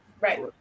right